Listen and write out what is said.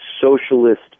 socialist